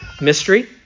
mystery